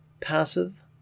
passive